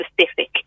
specific